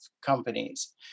companies